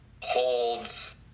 holds